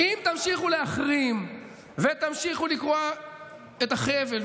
אם תמשיכו להחרים ותמשיכו לקרוע את החבל,